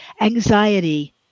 anxiety